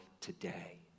today